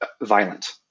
violent